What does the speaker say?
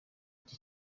iki